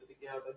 together